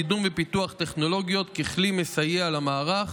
קידום ופיתוח טכנולוגיות ככלי מסייע למערך,